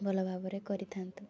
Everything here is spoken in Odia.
ଭଲ ଭାବରେ କରିଥାନ୍ତୁ